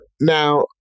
now